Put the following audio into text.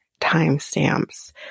timestamps